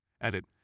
Edit